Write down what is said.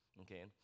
okay